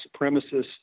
supremacists